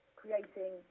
creating